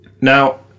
Now